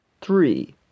three